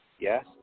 Yes